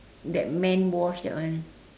that man wash that one